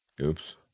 Oops